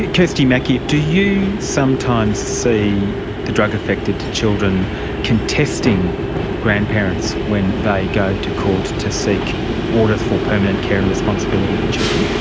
kirsty mackie, do you sometimes see drug affected children contesting grandparents when they go to court to seek orders for permanent care and responsibility for children?